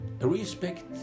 respect